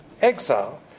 exile